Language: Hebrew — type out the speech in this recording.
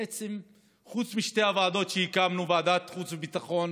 בעצם חוץ משתי הוועדות שהקמנו, ועדת החוץ והביטחון